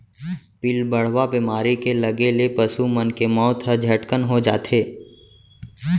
पिलबढ़वा बेमारी के लगे ले पसु मन के मौत ह झटकन हो जाथे